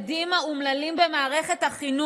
עם מעט מאוד עובדים,